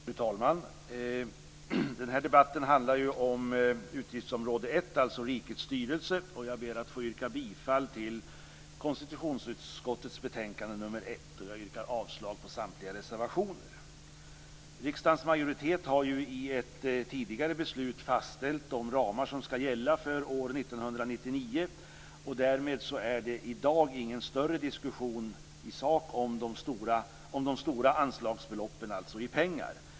Fru talman! Den här debatten handlar om utgiftsområde 1, alltså rikets styrelse, och jag ber att få yrka bifall till hemställan i konstitutionsutskottets betänkande nr 1. Jag yrkar också avslag på samtliga reservationer. Riksdagens majoritet har i ett tidigare beslut fastställt de ramar som skall gälla för år 1999. Därmed är det i dag ingen större diskussion i sak om de stora anslagsbeloppen i pengar.